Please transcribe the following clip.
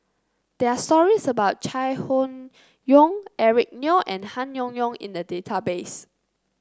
there are stories about Chai Hon Yoong Eric Neo and Han Yong Hong in the database